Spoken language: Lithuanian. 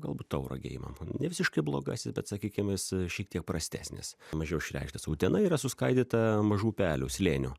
galbūt tauragę imam ne visiškai blogasis bet sakykim jis šiek tiek prastesnis mažiau išreikštas utena yra suskaidyta mažų upelių slėnių